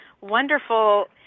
wonderful